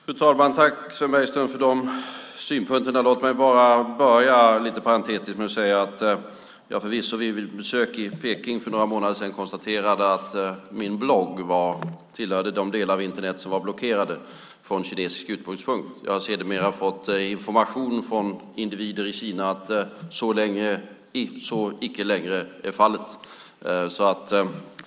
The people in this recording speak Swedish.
Fru talman! Tack, Sven Bergström, för de synpunkterna. Låt mig, lite parentetiskt, börja med att säga att jag förvisso vid mitt besök i Peking för några månader sedan konstaterade att min blogg tillhörde de delar av Internet som var blockerade från kinesisk utgångspunkt. Jag har sedermera fått information från individer i Kina om att så icke längre är fallet.